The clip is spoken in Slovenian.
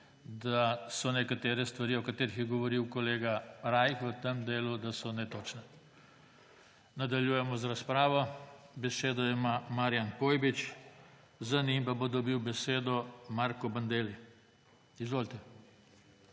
da so nekatere stvari, o katerih je govoril kolega Rajh, v tem delu netočne. Nadaljujemo razpravo. Besedo ima Marijan Pojbič, za njim pa bo dobil besedo Marko Bandelli. Izvolite.